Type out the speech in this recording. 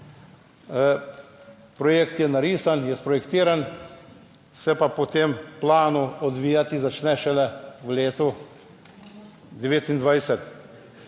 projekt je narisan, je sprojektiran, se pa po tem planu odvijati začne šele v letu 2029.